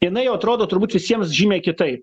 jinai jau atrodo turbūt visiems žymiai kitaip